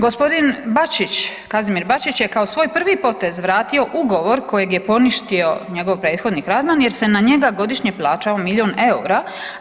Gospodin Bačić, Kazimir Bačić je kao svoj prvi potez vratio ugovor kojeg je poništio njegov prethodnik Radman jer se na njega godišnje plaćao milion EUR-a.